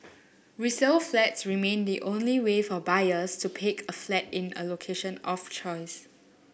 resale flats remain the only way for buyers to pick a flat in a location of choice